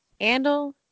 Andal